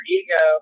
ego